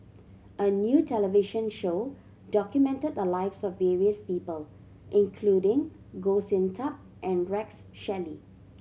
a new television show documented the lives of various people including Goh Sin Tub and Rex Shelley